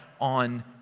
on